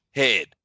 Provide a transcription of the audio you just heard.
head